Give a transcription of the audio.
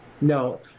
No